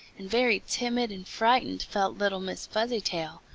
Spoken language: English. and very timid and frightened felt little miss fuzzytail,